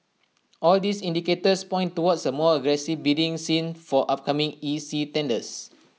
all these indicators point towards A more aggressive bidding scene for upcoming E C tenders